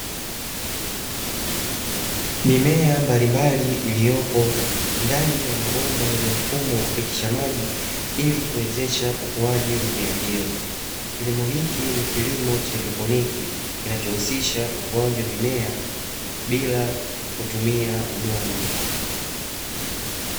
Mimea mbalimbali iliyopo ndani ya mabomba yenye mfumo wa kupitisha maji ili kuwezesha ukuaji wa mimea hiyo, kilimo hiki ni kilimo cha haidroponiki kinachohusisha ukuaji wa mimea bila kutumia udongo.